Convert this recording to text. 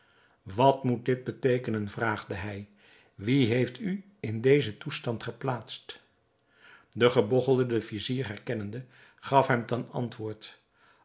wat moet dit beteekenen vraagde hij wie heeft u in dezen toestand geplaatst de gebogchelde den vizier herkennende gaf hem ten antwoord